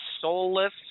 soulless